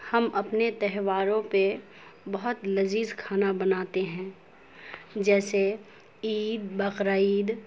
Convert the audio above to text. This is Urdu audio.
ہم اپنے تہواروں پہ بہت لذیذ کھانا بناتے ہیں جیسے عید بقرعید